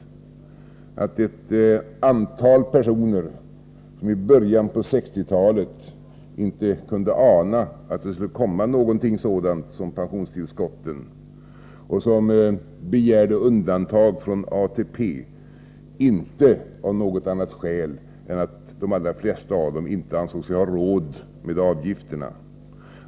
Det var ett antal personer som i början av 1960-talet inte kunde ana att det skulle komma någonting sådant som pensionstillskott och som begärde undantag från ATP, inte av något annat skäl än att de allra flesta av dem inte ansåg sig ha råd med avgifterna.